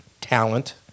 talent